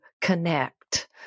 connect